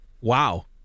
Wow